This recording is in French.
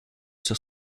sur